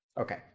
Okay